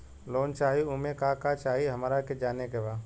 Loan चाही उमे का का चाही हमरा के जाने के बा?